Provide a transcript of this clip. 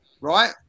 right